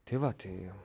tai va tai